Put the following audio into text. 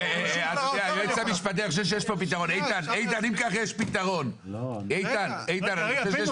באישור שר האוצר אני יכול.